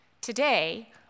Today